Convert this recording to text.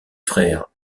frères